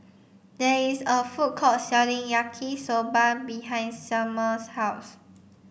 there is a food court selling Yaki Soba behind Sumner's house